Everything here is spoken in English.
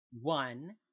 one